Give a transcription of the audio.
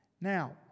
Now